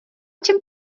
čem